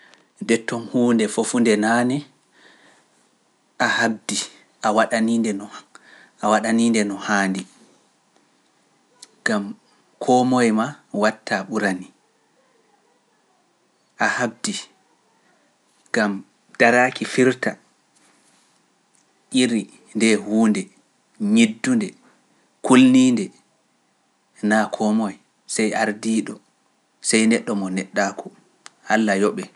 Nde toon huunde foofunde naani, a habdi, a waɗaniinde no haandi, gam koo moye ma watta ɓurani, a habdi, gam daraaki firta, ƴiri nde huunde, ñiddunde, kulniinde, naa koo moye, sey ardiiɗo, sey neɗɗo mo neɗɗaaku, Alla yoɓe.